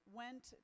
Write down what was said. went